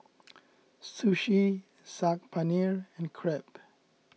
Sushi Saag Paneer and Crepe